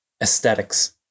aesthetics